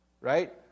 right